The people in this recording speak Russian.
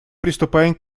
приступаем